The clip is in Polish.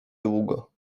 długo